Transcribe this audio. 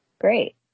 Great